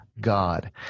God